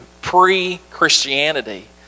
pre-Christianity